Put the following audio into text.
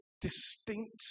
distinct